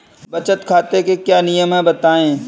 बचत खाते के क्या नियम हैं बताएँ?